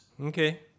Okay